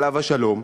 עליו השלום,